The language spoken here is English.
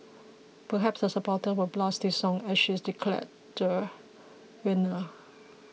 perhaps her supporters will blast this song as she is declare the winner